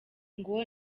ngo